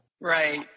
Right